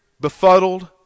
befuddled